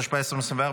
התשפ"ה 2024,